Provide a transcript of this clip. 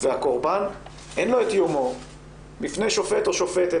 לקורבן אין את יומו בפני שופט או שופטת